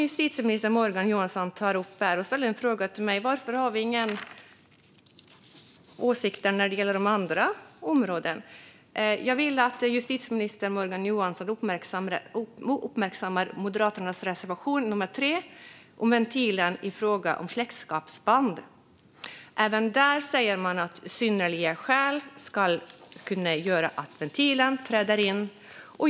Justitieminister Morgan Johansson frågade mig varför vi inte har några åsikter när det gäller de andra områdena. Jag vill att justitieminister Morgan Johansson uppmärksammar Moderaternas reservation 3, om ventilen i fråga och släktskapsband. Även där säger man att synnerliga skäl ska kunna göra att ventilen träder in.